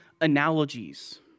analogies